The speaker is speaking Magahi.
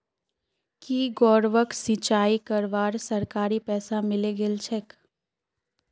की गौरवक सिंचाई करवार सरकारी पैसा मिले गेल छेक